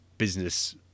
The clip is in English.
business